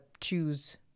choose